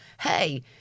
hey